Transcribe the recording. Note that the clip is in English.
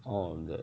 all of that